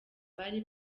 bari